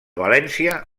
valència